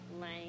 Lane